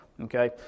okay